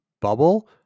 bubble